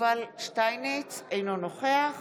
אינו נוכח